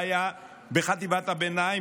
חטיבת ביניים,